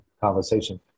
conversation